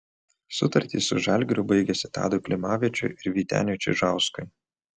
sutartys su žalgiriu baigėsi tadui klimavičiui ir vyteniui čižauskui